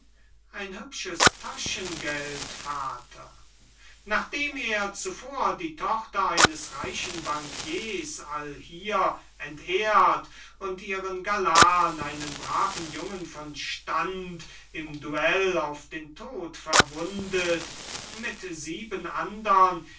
ein hübsches taschengeld vater nachdem er zuvor die tochter eines reichen banquiers allhier entjungfert und ihren galan einen braven jungen von stand im duell auf den tod verwundet mit sieben andern